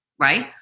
right